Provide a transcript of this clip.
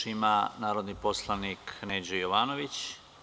Reč ima narodni poslanik Neđo Jovanović.